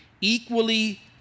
equally